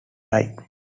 time